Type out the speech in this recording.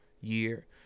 year